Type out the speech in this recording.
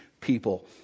people